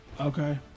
Okay